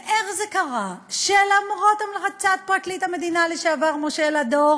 ואיך זה קרה שלמרות המלצת פרקליט המדינה לשעבר משה לדור